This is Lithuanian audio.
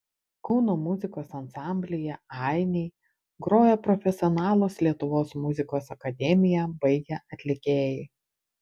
kauno muzikos ansamblyje ainiai groja profesionalūs lietuvos muzikos akademiją baigę atlikėjai